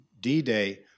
D-Day